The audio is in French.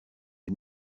les